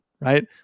right